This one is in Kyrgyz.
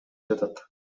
жатат